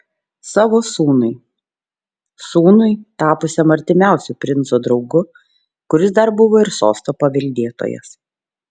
savo sūnui sūnui tapusiam artimiausiu princo draugu kuris dar buvo ir sosto paveldėtojas